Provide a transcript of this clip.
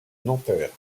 nanterre